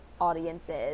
audiences